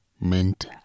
Mint